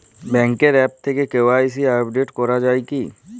ব্যাঙ্কের আ্যপ থেকে KYC update করা যায় কি?